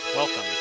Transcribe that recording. Welcome